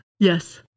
Yes